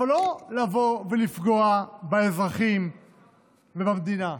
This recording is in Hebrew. אבל לא לבוא ולפגוע באזרחים ובמדינה,